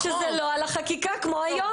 מירב, את יודעת שזה לא על החקיקה, כמו היום.